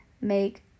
make